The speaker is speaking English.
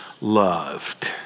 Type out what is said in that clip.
loved